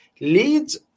Leads